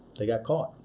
they got caught.